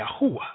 Yahuwah